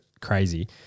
crazy